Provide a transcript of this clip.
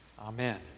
Amen